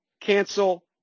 cancel